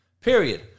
Period